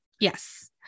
Yes